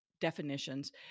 definitions